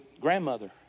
grandmother